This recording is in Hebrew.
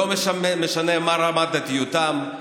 לא משנה מה רמת דתיותם,